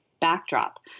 backdrop